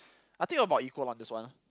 I think about equal one this one ah